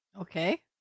Okay